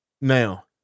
Now